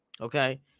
Okay